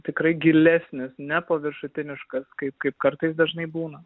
tikrai gilesnis ne paviršutiniškas kaip kaip kartais dažnai būna